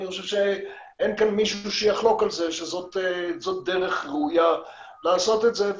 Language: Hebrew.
אני חושב שאין כאן מישהו שיחלוק על זה שזאת דרך ראויה לעשות את זה,